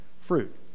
fruit